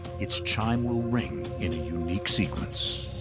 its chime will ring in a unique sequence.